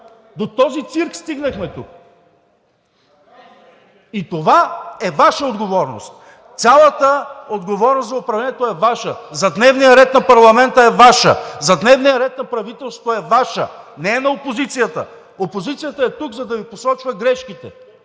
До този цирк стигнахме тук. И това е Ваша отговорност. Цялата отговорност за управлението е Ваша! За дневния ред на парламента е Ваша! За дневния ред на правителството е Ваша, не е на опозицията! Опозицията е тук, за да Ви посочва грешките.